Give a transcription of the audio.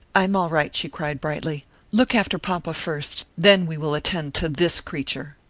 i am all right, she cried, brightly look after papa, first then we will attend to this creature.